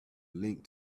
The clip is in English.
link